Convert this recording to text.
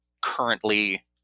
currently